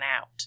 out